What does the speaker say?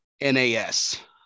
NAS